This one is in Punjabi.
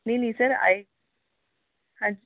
ਨਹੀਂ ਨਹੀਂ ਸਰ ਆਏ ਹਾਂਜੀ